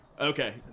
Okay